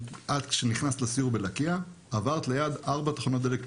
את כשנכנסת לסיור בלקייה עברת ליד ארבע תחנות דלק פיראטיות.